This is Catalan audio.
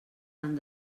han